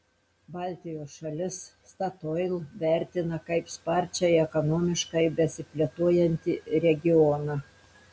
baltijos šalis statoil vertina kaip sparčiai ekonomiškai besiplėtojantį regioną